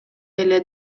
эле